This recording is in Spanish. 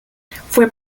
fue